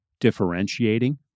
differentiating